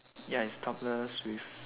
ya is topless with